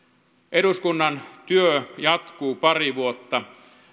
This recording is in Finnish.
eduskunnan työ jatkuu pari vuotta